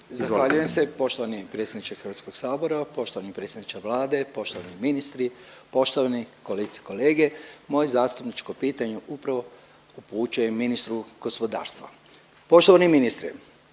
Zahvaljujem se. Poštovani predsjedniče Hrvatskog sabora, poštovani predsjedniče Vlade, poštovani ministri, poštovani kolegice i kolege moje zastupničko pitanje upravo upućujem ministru gospodarstva. Poštovani ministre